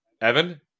evan